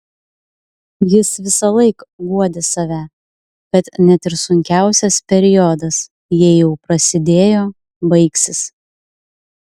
jis visąlaik guodė save kad net ir sunkiausias periodas jei jau prasidėjo baigsis